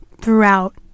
throughout